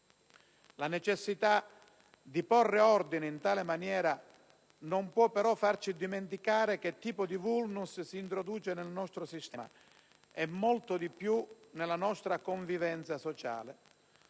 La necessità di porre ordine in tale materia non può però farci dimenticare che tipo di *vulnus* si introduce nel nostro sistema e molto di più nella nostra convivenza sociale;